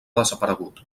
desaparegut